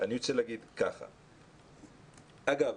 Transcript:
אגב,